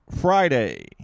Friday